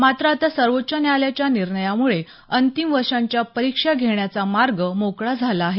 मात्र आता सर्वोच्च न्यायालयाच्या निर्णयामुळे अंतिम वर्षांच्या परीक्षा घेण्याचा मार्ग मोकळा झाला आहे